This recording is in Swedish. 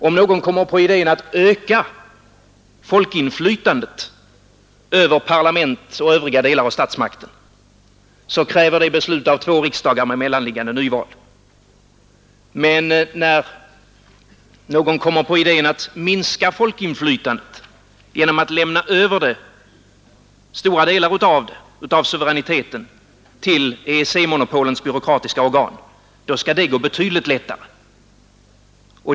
Om någon kommer på idén att öka folkinflytandet över parlament och övriga delar av statsmakten kräver det beslut av två riksdagar med mellanliggande nyval, men när någon kommer på idén att minska folkinflytandet genom att lämna över stora delar av suveräniteten till EEC-monopolens byråkratiska organ skall det gå betydligt lättare.